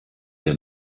der